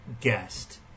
guest